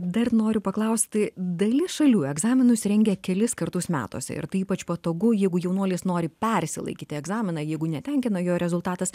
dar noriu paklausti dalyje šalių egzaminus rengia kelis kartus metuose ir tai ypač patogu jeigu jaunuolis nori persilaikiti egzaminą jeigu netenkina jo rezultatas